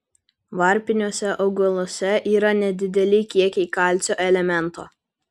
varpiniuose augaluose yra nedideli kiekiai kalcio elemento